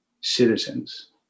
citizens